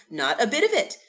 not a bit of it!